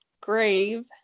grave